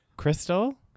Crystal